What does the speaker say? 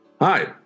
Hi